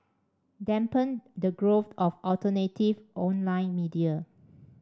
dampen the growth of alternative online media